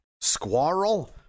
Squirrel